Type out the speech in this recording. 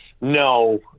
no